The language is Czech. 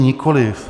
Nikoliv.